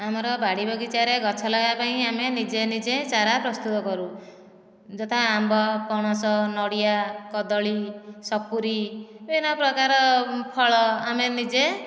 ଆମର ବାଡ଼ି ବଗିଚାରେ ଗଛ ଲଗାଇବା ପାଇଁ ଆମେ ନିଜେ ନିଜେ ଚାରା ପ୍ରସ୍ତୁତ କରୁ ଯଥା ଆମ୍ବ ପଣସ ନଡ଼ିଆ କଦଳୀ ସପୁରୀ ବିଭିନ୍ନ ପ୍ରକାର ଫଳ ଆମେ ନିଜେ